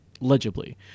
legibly